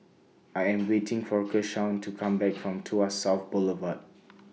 I Am waiting For Keshaun to Come Back from Tuas South Boulevard